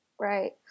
Right